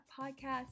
Podcast